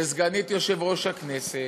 וסגנית יושב-ראש הכנסת,